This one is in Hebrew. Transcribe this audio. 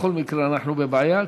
בכל מקרה אנחנו בבעיה,